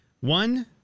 One